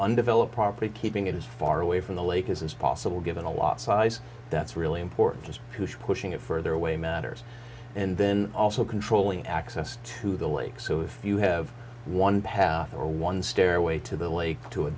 undeveloped property keeping it as far away from the lake is as possible given a lot size that's really important just pushing it further away matters and then also controlling access to the lake so if you have one path or one stairway to the lake to a